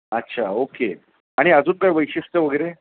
अच्छा ओके आणि अजून काय वैशिष्ट्य वगैरे